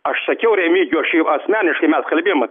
aš sakiau remigijui aš jį asmeniškai mes kalbėjome